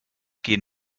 gehen